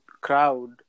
crowd